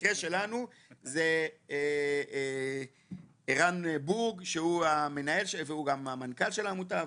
במקרה שלנו זה ערן בוג שהוא המנהל והוא גם המנכ"ל של העמותה,